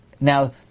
Now